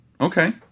Okay